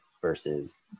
versus